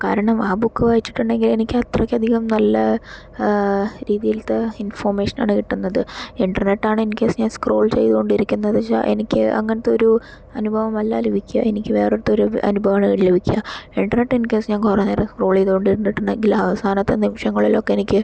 കാരണം ആ ബുക്ക് വായിച്ചിട്ടുണ്ടെങ്കിൽ എനിക്ക് അത്രക്കധികം നല്ല രീതിയിലത്തെ ഇൻഫൊർമേഷനാണ് കിട്ടുന്നത് ഇൻ്റർനെറ്റാണ് ഇൻകേസ് ഞാൻ സ്ക്രോൾ ചെയ്തോണ്ടിരിക്കുന്നത് എന്നുവെച്ചാൽ എനിക്ക് അങ്ങനത്തെ ഒരു അനുഭവമല്ല ലഭിക്കുക എനിക്ക് വേറിട്ടൊരു അനുഭവമാണ് ലഭിക്കുക ഇൻ്റർനെറ്റ് ഇൻകേസ് ഞാൻ കുറേ നേരം സ്ക്രോൾ ചെയ്തോണ്ടിരിന്നിട്ടുണ്ടെങ്കില് അവസാനത്തെ നിമിഷങ്ങളിലൊക്കെ എനിക്ക്